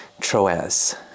Troas